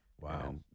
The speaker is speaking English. Wow